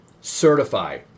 certify